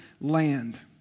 land